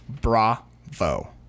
bravo